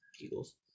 Eagles